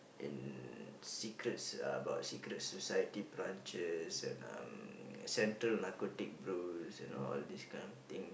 in secrets about secret society branches and um Center Narcotics Bureau you know all this kind of thing